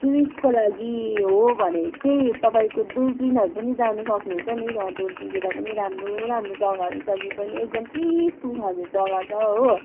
टुरिस्टको लागि हो भने चाहिँ तपाईँको दुर्पिनहरू पनि जानु सक्नुहुन्छ नि त्यहाँ दुर्पिनतिर पनि राम्रो राम्रो जग्गाहरू छ भ्यु पोइन्ट एकदम पिसफुल खालको जग्गा छ हो